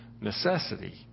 necessity